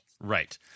Right